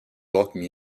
welcome